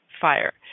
fire